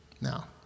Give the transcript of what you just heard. Now